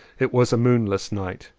it was a moonless night,